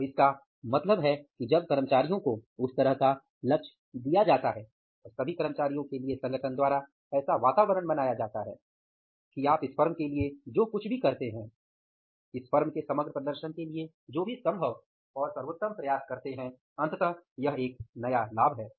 तो इसका मतलब है कि जब कर्मचारियों को उस तरह का लक्ष्य दिया जाता है और सभी कर्मचारियों के लिए संगठन द्वारा ऐसा वातावरण बनाया जाता है कि आप इस फर्म के लिए जो कुछ भी करते हैं इस फर्म के बेहतर प्रदर्शन के लिए जो भी संभव और सर्वोत्तम प्रयास करते हैं अंततः यह एक नया लाभ है